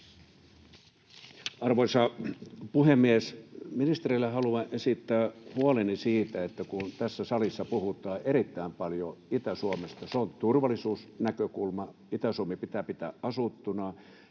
Arvoisa puhemies! Ministerille haluan esittää huoleni: Tässä salissa puhutaan erittäin paljon Itä-Suomesta. Se on turvallisuusnäkökulma. Itä-Suomi pitää pitää asuttuna,